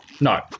No